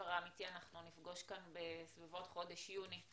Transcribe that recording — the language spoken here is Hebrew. האמיתי אנחנו נפגוש כאן בסביבות חודש יוני,